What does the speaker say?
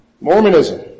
Mormonism